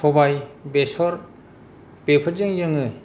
स'बाय बेसर बेफोरजों जोङो